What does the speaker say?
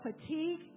fatigue